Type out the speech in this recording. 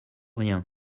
rien